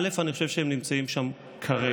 אני חושב שהם נמצאים שם כרגע,